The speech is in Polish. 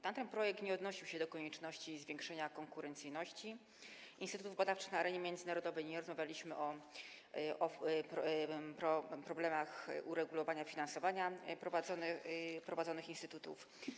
Tamten projekt nie odnosił się do konieczności zwiększenia konkurencyjności instytutów badawczych na arenie międzynarodowej, nie rozmawialiśmy o problemach uregulowania finansowania prowadzonych instytutów.